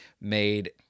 made